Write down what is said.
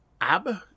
Ab